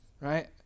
Right